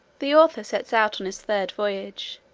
the author sets out on his third voyage.